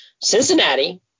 Cincinnati